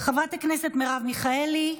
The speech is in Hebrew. חברת הכנסת מרב מיכאלי,